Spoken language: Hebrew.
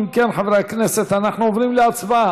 אם כן, חברי הכנסת, אנחנו עוברים להצבעה.